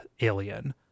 alien